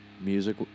Music